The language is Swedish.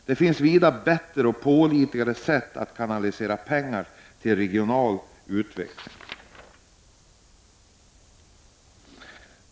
Det finns vida bättre och pålitligare sätt att kanalisera pengar till regional utveckling.